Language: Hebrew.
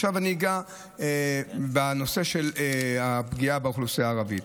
עכשיו אני אגע בנושא של הפגיעה באוכלוסייה הערבית.